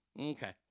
Okay